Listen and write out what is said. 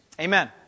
Amen